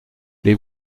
les